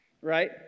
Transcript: right